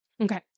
Okay